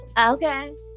Okay